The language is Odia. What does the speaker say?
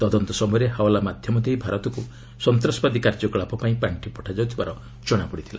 ତଦନ୍ତ ସମୟରେ ହାଓଲା ମାଧ୍ୟମ ଦେଇ ଭାରତକୁ ସନ୍ତାସବାଦୀ କାର୍ଯ୍ୟକଳାପ ପାଇଁ ପାଣ୍ଡି ପଠାଯାଉଥିବାର ଜଣାପଡିଥିଲା